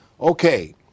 okay